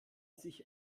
sich